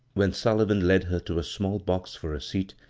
when sullivan led her to a small box for a seat,